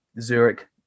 Zurich